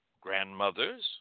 grandmothers